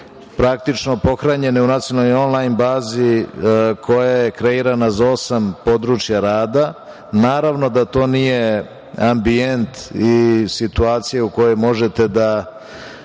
praktično pothranjene u onlajn nacionalnoj bazi i koja je kreirana za osam područja rada, naravno da to nije ambijent i situacija u kojoj možete da